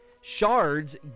shards